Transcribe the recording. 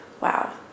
Wow